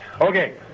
Okay